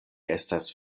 estas